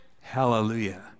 Hallelujah